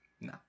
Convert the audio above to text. no